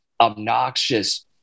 obnoxious